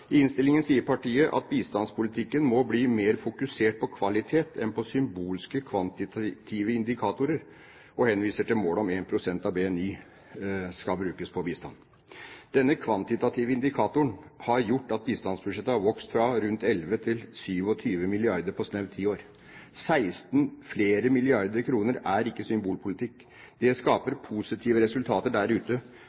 I innstillingen sier partiet at bistandspolitikken må bli «mer fokusert på kvalitet enn på symbolske, kvantitative indikatorer», og henviser til målet om at 1 pst. av BNI skal brukes på bistand. Denne kvantitative indikatoren har gjort at bistandsbudsjettet har vokst fra rundt 11 mrd. kr til 27 mrd. kr på snaut ti år. 16 mrd. kr mer er ikke symbolpolitikk. Det skaper